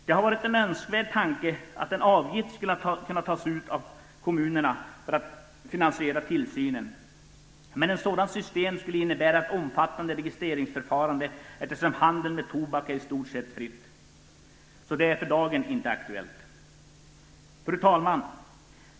Det hade varit önskvärt att kommunerna hade kunnat ta ut en avgift för att finansiera tillsynen, men ett sådant system skulle innebära ett omfattande registreringsförfarande, eftersom handeln med tobak är i stort sett fri. Det är alltså inte aktuellt för dagen. Fru talman!